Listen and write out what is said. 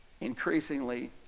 increasingly